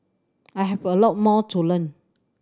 I have a lot more to learn